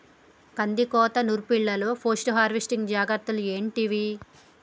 కందికోత నుర్పిల్లలో post harvesting జాగ్రత్తలు ఏంటివి?